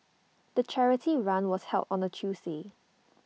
the charity run was held on A Tuesday